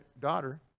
daughter